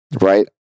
Right